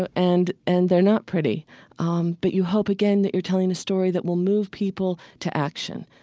ah and and they're not pretty um but you hope, again, that you're telling a story that will move people to action.